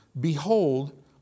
Behold